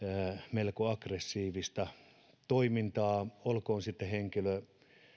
melko aggressiivista toimintaa olkoon sitten henkilö